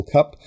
Cup